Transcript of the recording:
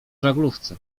żaglówce